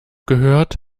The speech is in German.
gehört